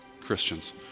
Christians